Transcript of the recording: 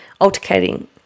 altercating